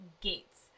gates